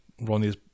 Ronnie's